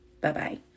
Bye-bye